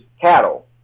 cattle